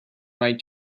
write